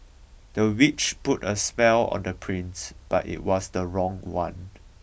the witch put a spell on the prince but it was the wrong one